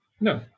No